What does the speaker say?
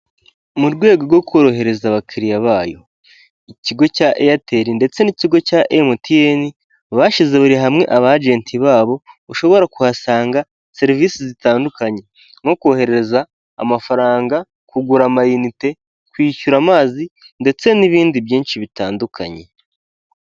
Mu rwego rwo korohereza abakiriya bayo ikigo cya Airtel ndetse n'ikigo cya MTN bashyize buri hamwe abagenti babo ushobora kuhasanga serivisi zitandukanye nko kohereza amafaranga, kugura amayinite, kwishyura amazi ndetse n'ibindi byinshi bitandukanye.